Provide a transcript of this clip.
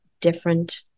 different